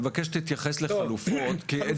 אני מבקש שתתייחס לחלופות,